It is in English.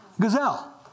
Gazelle